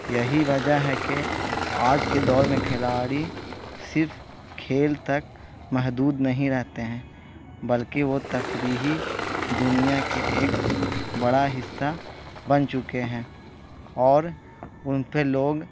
یہی وجہ ہے کہ آج کے دور میں کھلاڑی صرف کھیل تک محدود نہیں رہتے ہیں بلکہ وہ تفریحی دنیا کے ایک بڑا حصہ بن چکے ہیں اور ان پہ لوگ